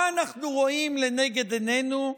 מה אנחנו רואים לנגד עינינו?